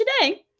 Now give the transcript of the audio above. today